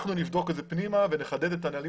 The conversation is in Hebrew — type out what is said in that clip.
אנחנו נבדוק את זה פנימה ונחדד את הנהלים